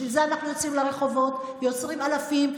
בשביל זה אנחנו יוצאים לרחובות, יוצאים אלפים.